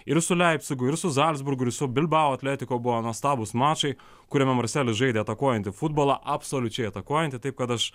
ir su leipcigu ir su zalcburgu ir su bilbao atletico buvo nuostabūs mačai kuriame marselis žaidė atakuojantį futbolą absoliučiai atakuojantį taip kad aš